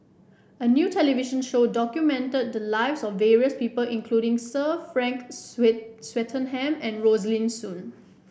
a new television show documented the lives of various people including Sir Frank Swettenham and Rosaline Soon